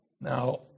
Now